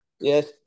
Yes